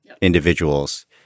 individuals